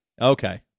Okay